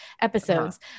episodes